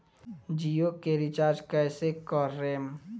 जियो के रीचार्ज कैसे करेम?